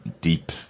deep